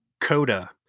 Coda